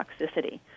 toxicity